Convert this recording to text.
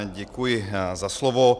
Děkuji za slovo.